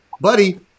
Buddy